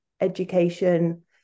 education